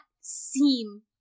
seem